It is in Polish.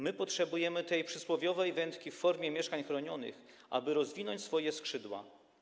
My potrzebujemy tej przysłowiowej wędki w formie mieszkań chronionych, aby rozwinąć swoje skrzydła.